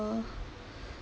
uh